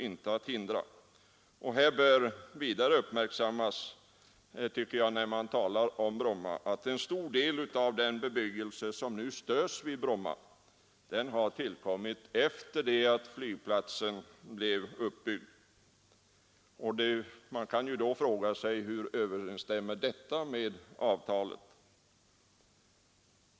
Det bör vidare uppmärksammas att en stor del av den bebyggelse som nu störs vid Bromma har tillkommit efter det att flygplatsen blev uppbyggd. Hur överensstämmer detta med avtalet?